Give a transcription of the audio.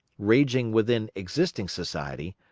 raging within existing society,